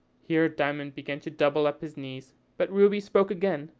here diamond began to double up his knees but ruby spoke again,